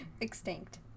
Extinct